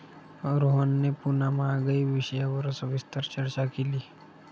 रोहनने पुन्हा महागाई विषयावर सविस्तर चर्चा केली